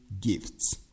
gifts